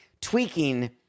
Tweaking